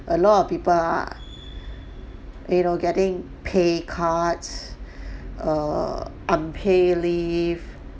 a lot of people are you know getting pay cuts err unpaid leave